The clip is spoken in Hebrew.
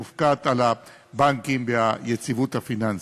שמופקד על הבנקים והיציבות הפיננסית.